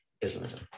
Islamism